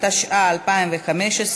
התשע"ה 2015,